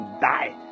die